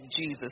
Jesus